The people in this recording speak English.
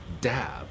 dab